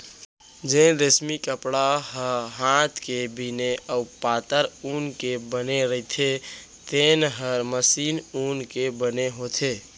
जेन रेसमी कपड़ा ह हात के बिने अउ पातर ऊन के बने रइथे तेन हर महीन ऊन के बने होथे